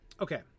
okay